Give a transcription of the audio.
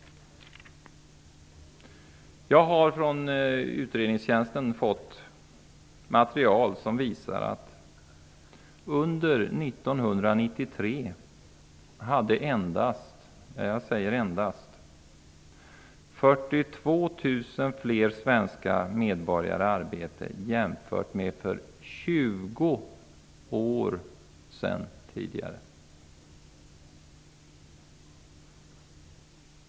Jag har från utredningstjänsten fått material som visar att under 1993 hade endast -- ja, jag säger endast -- 42 000 fler svenska medborgare arbete jämfört med hur det var för 20 år sedan.